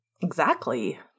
Exactly